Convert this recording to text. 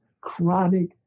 chronic